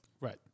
Right